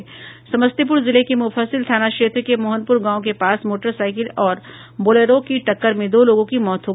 समस्तीपुर जिले के मुफस्सिल थाना क्षेत्र के मोहनपुर गांव के पास मोटरसाइकिल और बोलेरो की टक्कर में दो लोगों की मौत हो गयी